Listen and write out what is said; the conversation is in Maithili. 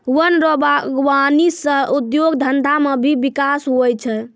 वन रो वागबानी सह उद्योग धंधा मे भी बिकास हुवै छै